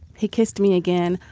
he kissed me again,